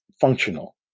functional